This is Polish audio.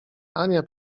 ania